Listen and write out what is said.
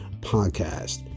podcast